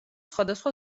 სხვადასხვა